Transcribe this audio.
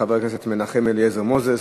חבר הכנסת מנחם אליעזר מוזס,